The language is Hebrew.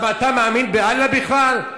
למה, אתה מאמין באללה, בכלל?